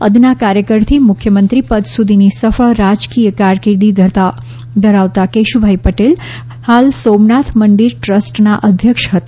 અદના કાર્યકરથી મુખ્યમંત્રી પદ સુધીની સફળ રાજકીય કારકિર્દી ધરાવતા કેશુભાઈ પટેલ હાલ સોમનાથ મંદિર ટ્રસ્ટના અધ્યક્ષ હતા